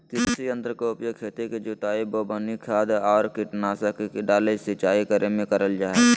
कृषि यंत्र के उपयोग खेत के जुताई, बोवनी, खाद आर कीटनाशक डालय, सिंचाई करे मे करल जा हई